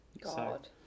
God